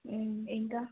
ఇంకా